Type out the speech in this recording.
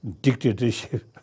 dictatorship